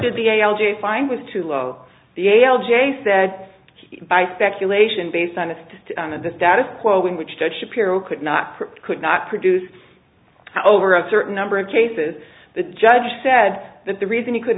did the a l j find was too low the a l j said by speculation based on the status quo in which the shapiro could not could not produce over a certain number of cases the judge said that the reason he couldn't